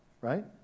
Right